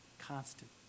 Constant